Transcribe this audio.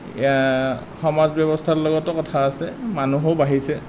সমাজ ব্যৱস্থাৰ লগতো কথা আছে মানুহো বাঢ়িছে